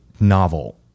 novel